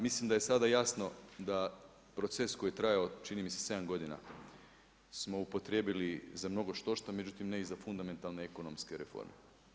Mislim da je sada jasno da proces koji je trajao čini mi se 7 godina smo upotrijebili za mnogo štošta, međutim ne i za fundamentalne ekonomske reforme.